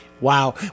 Wow